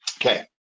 Okay